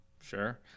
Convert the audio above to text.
Sure